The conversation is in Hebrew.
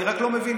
אני רק לא מבין,